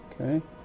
okay